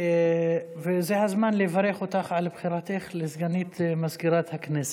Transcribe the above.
זה הזמן לברך אותך על בחירתך לסגנית מזכירת הכנסת.